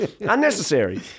unnecessary